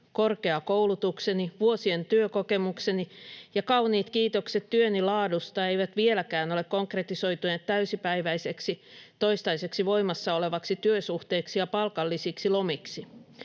Korkea koulutukseni, vuosien työkokemukseni ja kauniit kiitokset työni laadusta eivät vieläkään ole konkretisoituneet täysipäiväiseksi, toistaiseksi voimassa olevaksi työsuhteeksi ja palkallisiksi lomiksi.